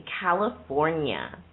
California